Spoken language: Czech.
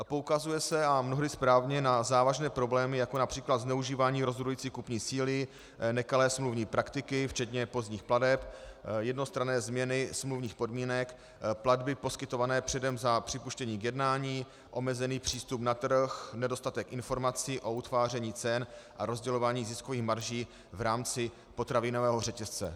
Poukazuje se, a mnohdy správně, na závažné problémy, jako např. zneužívání rozhodující kupní síly, nekalé smluvní praktiky včetně pozdních plateb, jednostranné změny smluvních podmínek, platby poskytované předem za připuštění k jednání, omezený přístup na trh, nedostatek informací o utváření cen a rozdělování ziskových marží v rámci potravinového řetězce.